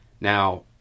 Now